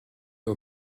aux